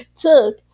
took